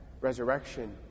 resurrection